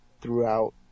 throughout